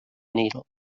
needle